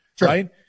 right